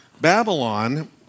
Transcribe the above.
Babylon